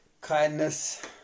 kindness